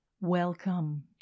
Welcome